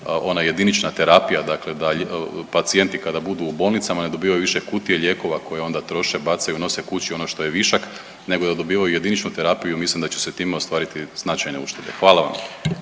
ona jedinična terapija, dakle da pacijenti kada budu u bolnicama ne dobivaju više kutije lijekova koje onda troše, bacaju, nose kući ono što je višak nego da dobivaju jediničnu terapiju. Mislim da će se time ostvariti značajne uštede. Hvala vam.